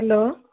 hello